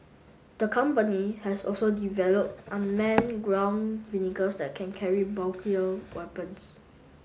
the company has also developed unmanned ground that can carry bulkier weapons